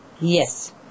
yes